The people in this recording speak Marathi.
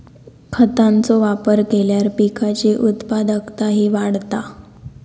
खतांचो वापर केल्यार पिकाची उत्पादकताही वाढता